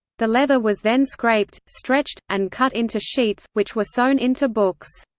the leather was then scraped, stretched, and cut into sheets, which were sewn into books.